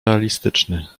realistyczny